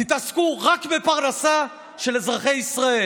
תתעסקו רק בפרנסה של אזרחי ישראל.